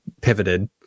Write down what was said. pivoted